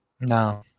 No